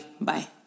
Bye